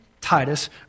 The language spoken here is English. Titus